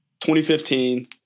2015